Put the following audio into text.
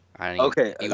Okay